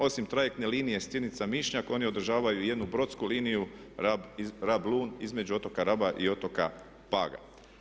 Osim trajektne linije Stinica-Mišnjak oni održavaju i jednu brodsku liniju Rab-Lun između otoka Raba i otoka Paga.